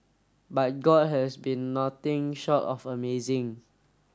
but god has been nothing short of amazing